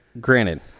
granted